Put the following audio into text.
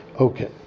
Okay